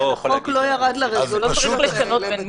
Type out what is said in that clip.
החוק לא ירד לרזולוציות האלה.